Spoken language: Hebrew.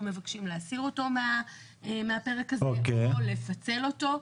אנחנו מבקשים להסיר אותו מהפרק הזה או לפצל אותו.